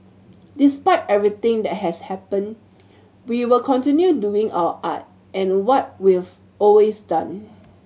despite everything that has happened we will continue doing our art and what we've always done